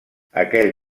aquell